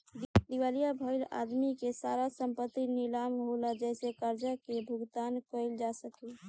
दिवालिया भईल आदमी के सारा संपत्ति नीलाम होला जेसे कर्जा के भुगतान कईल जा सके